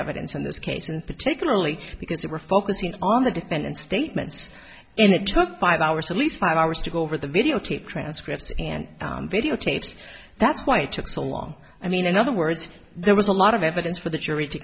evidence in this case and particularly because they were focusing on the defendant's statements and it took five hours at least five hours to go over the videotape transcripts and videotapes that's why it took so long i mean in other words there was a lot of evidence for the jury to